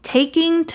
Taking